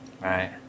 right